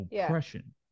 oppression